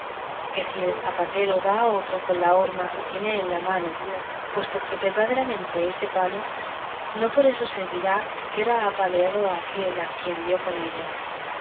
que si el zapatero da a otro con la horma que tiene en la mano puesto que verdaderamente es de palo no por eso se dirá que queda apaleado aquel a quien dio con ella